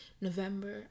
November